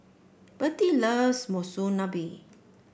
Bertie loves Monsunabe